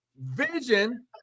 vision